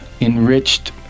enriched